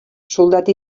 soldat